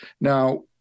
Now